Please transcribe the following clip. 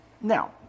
Now